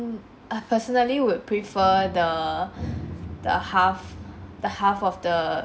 mm I personally would prefer the the half of the vacation to be spent in the city then half at spend in the suburbs lah